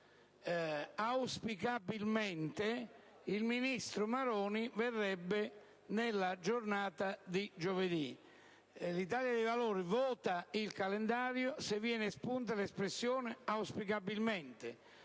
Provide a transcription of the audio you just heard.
«auspicabilmente» il ministro Maroni verrebbe nella giornata di giovedì. L'Italia dei Valori vota il calendario se viene espunta l'espressione «auspicabilmente».